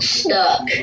stuck